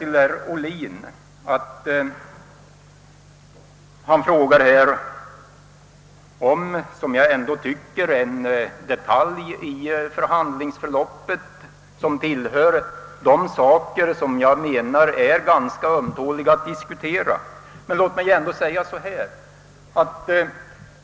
Herr Oblin frågar om något som jag ändå tycker är en detalj i förhandlingsförloppet och som tillhör de saker som jag anser vara ganska ömtåliga att diskutera. Men låt mig ändå säga följande.